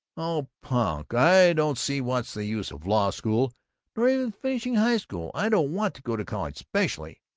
oh punk. i don't see what's the use of law-school or even finishing high school. i don't want to go to college specially.